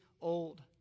old